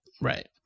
right